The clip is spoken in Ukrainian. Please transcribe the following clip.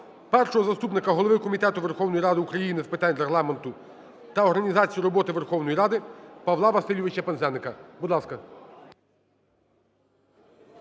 першого заступника голови Комітету Верховної Ради України з питань Регламенту та організації роботи Верховної Ради Павла Васильовича Пинзеника. Будь ласка.